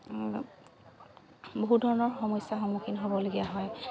বহুত ধৰণৰ সমস্যাৰ সন্মুখীন হ'বলগীয়া হয়